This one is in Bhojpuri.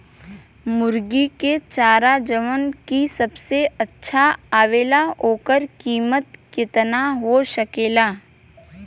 मुर्गी के चारा जवन की सबसे अच्छा आवेला ओकर कीमत केतना हो सकेला?